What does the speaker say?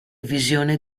visione